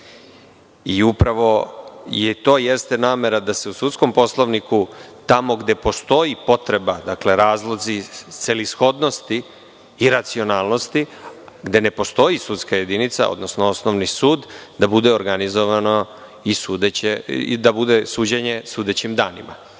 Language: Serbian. To i jeste namera da se u sudskom poslovniku, tamo gde postoji potreba, dakle razlozi celishodnosti i racionalnosti, gde ne postoji sudska jedinica, odnosno osnovni sud, bude organizovano suđenje sudećim danima.